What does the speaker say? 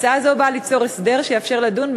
הצעה זו באה ליצור הסדר שיאפשר לדון,